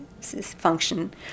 function